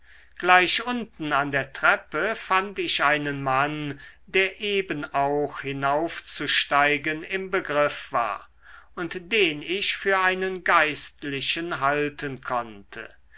gleich unten an der treppe fand ich einen mann der eben auch hinaufzusteigen im begriff war und den ich für einen geistlichen halten konnte